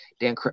Dan